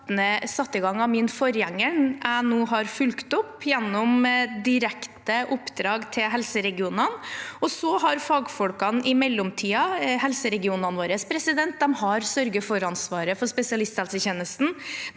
satt i gang av min forgjenger, og som jeg nå har fulgt opp gjennom direkte oppdrag til helseregionene, og så har fagfolkene i mellomtiden – helseregionene våre har sørge-for-ansvaret for spesialisthelsetjenesten